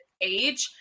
age